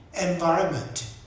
environment